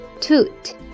toot